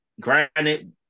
granted